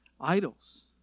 idols